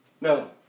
No